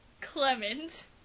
Clement